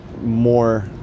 more